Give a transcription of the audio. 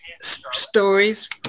stories